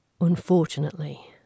Unfortunately